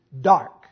dark